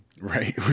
Right